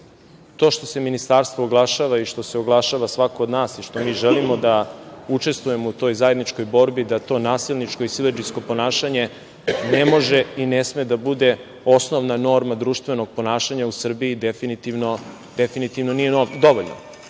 to što se Ministarstvo oglašava i što se oglašava svako od nas i što mi želimo da učestvujemo u toj zajedničkoj borbi da to nasilničko i siledžijsko ponašanje ne može i ne sme da bude osnovna norma društvenog ponašanja u Srbiji, definitivno nije dovoljno.